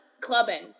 clubbing